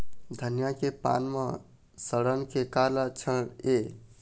धनिया के पान म सड़न के का लक्षण ये?